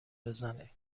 بزنه